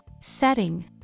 setting